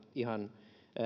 ihan